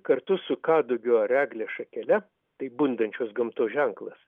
kartu su kadugio ar eglės šakele tai bundančios gamtos ženklas